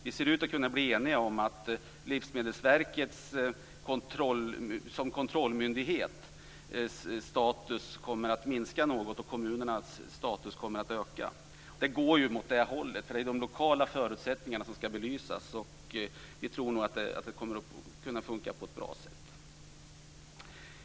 Vi ser ut att kunna bli eniga om att Livsmedelsverkets status som kontrollmyndighet kommer att minska något och att kommunernas status kommer att öka. Det går åt det hållet. Det är de lokala förutsättningarna som skall belysas. Vi tror att det kommer att kunna fungera på ett bra sätt.